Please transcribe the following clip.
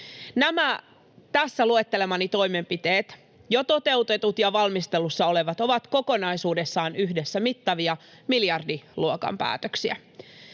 Nämä tässä luettelemani toimenpiteet, jo toteutetut ja valmistelussa olevat, ovat kokonaisuudessaan yhdessä mittavia miljardiluokan päätöksiä.